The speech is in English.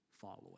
following